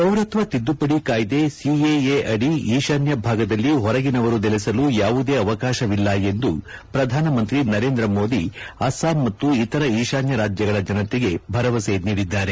ಪೌರತ್ವ ತಿದ್ದುಪಡಿ ಕಾಯ್ದೆ ಸಿಎಎ ಅಡಿ ಈಶಾನ್ನ ಭಾಗದಲ್ಲಿ ಹೊರಗಿನವರು ನೆಲೆಸಲು ಯಾವುದೇ ಅವಕಾಶವಿಲ್ಲ ಎಂದು ಪ್ರಧಾನಮಂತ್ರಿ ನರೇಂದ್ರ ಮೋದಿ ಅಸ್ಲಾಂ ಮತ್ತು ಇತರ ಈಶಾನ್ಯ ರಾಜ್ಯಗಳ ಜನತೆಗೆ ಭರವಸೆ ನೀಡಿದ್ದಾರೆ